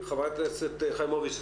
בבקשה, חברת הכנסת חיימוביץ'.